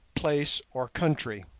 place or country.